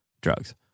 drugs